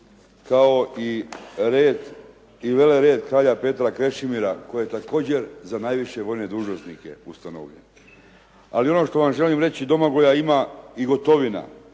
kao i red kralja Petra Krešimira koji je također za najviše vojne dužnosnike ustanovljen. Ali ono što vam želim reži Domagoja ima i Gotovina,